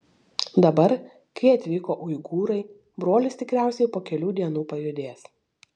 dabar kai atvyko uigūrai brolis tikriausiai po kelių dienų pajudės